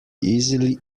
easily